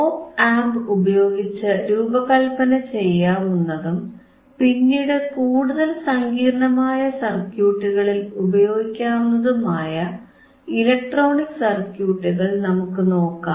op amp ഉപയോഗിച്ച് രൂപകല്പന ചെയ്യാവുന്നതും പിന്നീട് കൂടുതൽ സങ്കീർണമായ സർക്യൂട്ടുകളിൽ ഉപയോഗിക്കാവുന്നതുമായ ഇലക്ട്രോണിക് സർക്യൂട്ടുകൾ നമുക്കു നോക്കാം